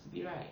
stupid right